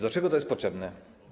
Do czego to jest potrzebne?